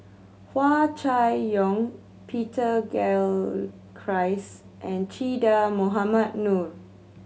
Hua Chai Yong Peter Gilchrist and Che Dah Mohamed Noor